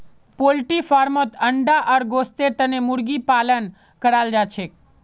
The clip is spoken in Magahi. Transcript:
पोल्ट्री फार्मत अंडा आर गोस्तेर तने मुर्गी पालन कराल जाछेक